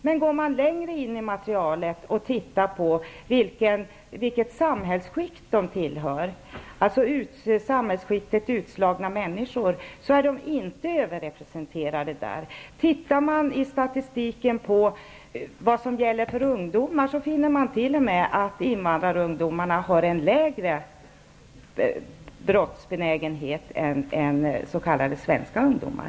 Men om man tränger längre in i materialet och studerar vilket samhällsskick de här människorna tillhör, alltså samhällsskiktet utslagna människor, finner man att det inte rör sig om någon överrepresentation. Tittar man på statistiken för ungdomar finner man t.o.m. att invandrarungdomarna är mindre brottsbenägna än s.k. svenska ungdomar.